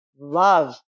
love